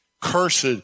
Cursed